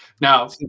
Now